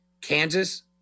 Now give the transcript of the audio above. Kansas